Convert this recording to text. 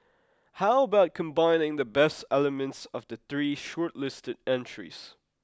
how about combining the best elements of the three shortlisted entries